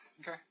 Okay